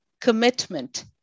commitment